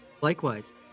Likewise